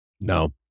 No